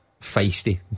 feisty